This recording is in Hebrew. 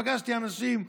פגשתי אנשים,